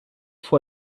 for